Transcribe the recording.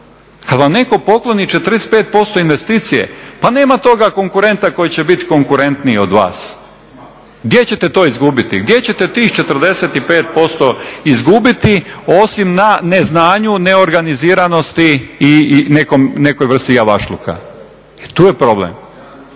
Kad vam netko pokloni 45% investicije pa nema toga konkurenta koji će biti konkurentniji od vas. Gdje ćete to izgubiti? Gdje ćete tih 45% izgubiti osim na neznanju, neorganiziranosti i nekoj vrsti javašluka? Jer tu je problem.